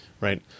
Right